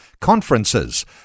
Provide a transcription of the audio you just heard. conferences